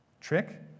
Trick